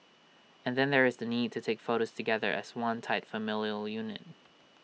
and then there is the need to take photos together as one tight familial unit